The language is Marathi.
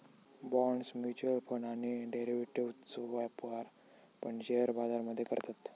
बॉण्ड्स, म्युच्युअल फंड आणि डेरिव्हेटिव्ह्जचो व्यापार पण शेअर बाजार मध्ये करतत